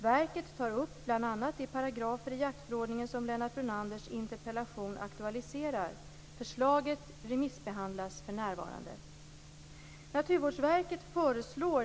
Verket tar upp bl.a. de paragrafer i jaktförordningen som Lennart Brunanders interpellation aktualiserar. Förslaget remissbehandlas för närvarande.